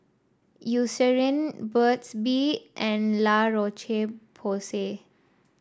Eucerin Burt's Bee and La Roche Porsay